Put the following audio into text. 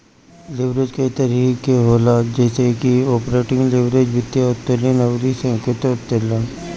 leverage कई तरही के होला जइसे की आपरेटिंग लीवरेज, वित्तीय उत्तोलन अउरी संयुक्त उत्तोलन